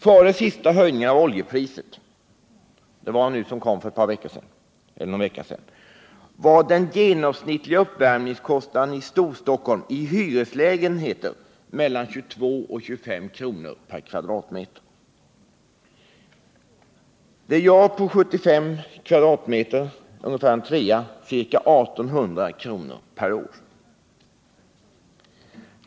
Före den senaste höjningen av oljepriset för någon vecka sedan var den genomsnittliga uppvärmningskostnaden för hyreslägenheter i Storstockholm mellan 22 och 25 kr. per m?. Det gör för en trea på 75 m? ca 1 800 kr. per år.